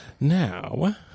Now